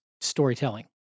storytelling